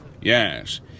Yes